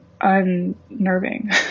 unnerving